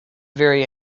very